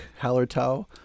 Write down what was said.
Hallertau